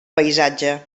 paisatge